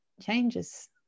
changes